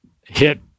hit